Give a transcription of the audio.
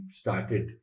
started